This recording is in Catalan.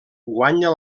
guanya